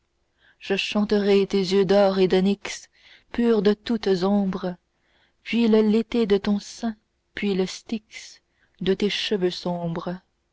je chanterai tes yeux d'or et d'onyx purs de toutes ombres puis le léthé de ton sein puis le styx de tes cheveux sombres